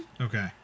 Okay